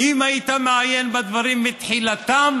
אם היית מעיין בדברים מתחילתם